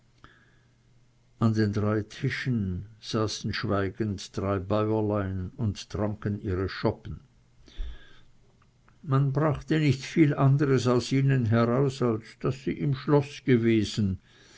an den drei tischen saßen schweigend drei bäuerlein und tranken ihre schoppen man brachte nicht viel anderes aus ihnen heraus als daß sie im schloß gewesen